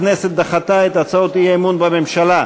הכנסת דחתה את הצעות האי-אמון בממשלה.